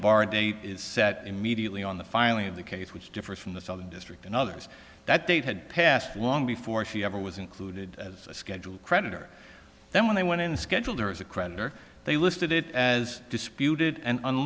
bar date is set immediately on the filing of the case which differs from the southern district and others that date had passed long before she ever was included as a schedule creditor then when they went in schedule as a creditor they listed it as disputed and an